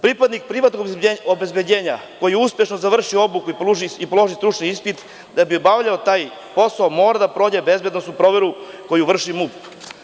Pripadnik privatnog obezbeđenja koji uspešno završi obuku i položi stručni ispit, da bi obavljao taj posao, mora da prođe bezbednosnu proveru koju vrši MUP.